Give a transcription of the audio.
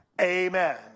Amen